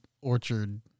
orchard